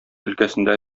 өлкәсендә